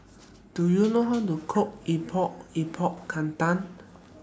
Do YOU know How to Cook Epok Epok Kentang